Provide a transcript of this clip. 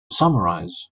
summarize